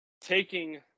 taking